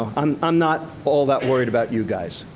um i'm not all that worried about you guys.